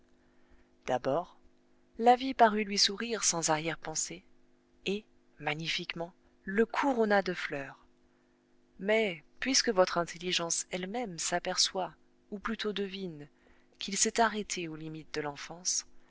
d'abord la vie parut lui sourire sans arrière-pensée et magnifiquement le couronna de fleurs mais puisque votre intelligence elle-même s'aperçoit ou plutôt devine qu'il s'est arrêté aux limites de l'enfance